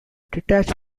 detached